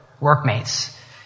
workmates